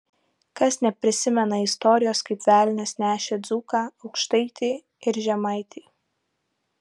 kas neprisimena istorijos kaip velnias nešė dzūką aukštaitį ir žemaitį